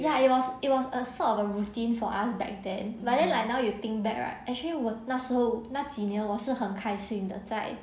ya it was it was a sort of a routine for us back then but then like now you think back right actually 我那时候那几年我是很开心的在